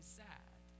sad